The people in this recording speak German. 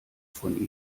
von